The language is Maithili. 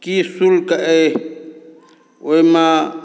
की शुल्क अइ ओहिमे